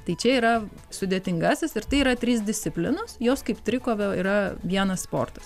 tai čia yra sudėtingasis ir tai yra trys disciplinos jos kaip trikovė yra vienas sportas